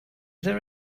there